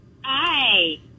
Hi